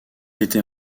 était